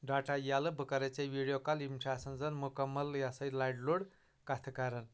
data ییٚلہٕ بہٕ کرے ژےٚ ویٖڈیو کال یِم چھِ آسان زن مُکمل یہِ ہسا یہِ لرِلوٚر کتھٕ کران